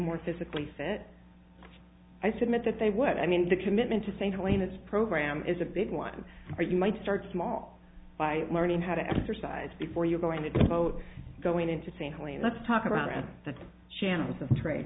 more physically fit i submit that they would i mean the commitment to saintliness program is a big one or you might start small by learning how to exercise before you're going to vote going into st let's talk about it and that's channels of trade